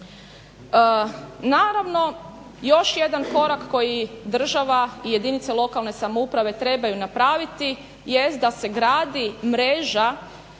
Naravno još jedan korak koji država i jedinice lokalne samouprave trebaju napraviti jest da se gradi mreža